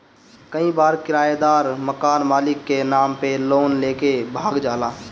कई बार किरायदार मकान मालिक के नाम पे लोन लेके भाग जाला